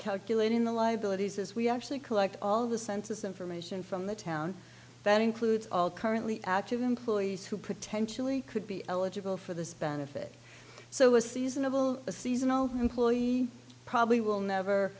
calculating the liabilities is we actually collect all the census information from the town that includes all currently active employees who potentially could be eligible for the benefit so a seasonable a seasonal employee probably will never